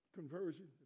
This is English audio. conversion